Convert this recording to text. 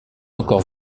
encore